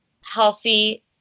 healthy